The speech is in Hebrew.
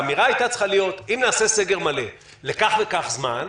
האמירה הייתה צריכה להיות: אם נעשה סגר מלא לכך וכך זמן,